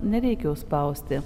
nereikia jų spausti